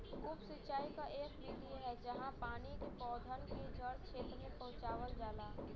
उप सिंचाई क इक विधि है जहाँ पानी के पौधन के जड़ क्षेत्र में पहुंचावल जाला